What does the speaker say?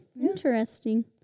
Interesting